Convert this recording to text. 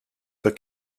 for